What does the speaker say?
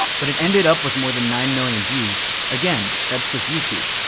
but it ended up with more than nine million views again, that's just youtube.